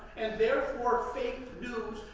and therefore fake news,